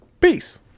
peace